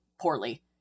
poorly